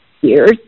years